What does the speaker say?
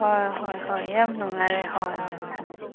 ꯍꯣꯏ ꯍꯣꯏ ꯍꯣꯏ ꯌꯥꯝ ꯅꯨꯡꯉꯥꯏꯔꯦ ꯍꯣꯏ ꯍꯣꯏ ꯊꯝꯃꯦ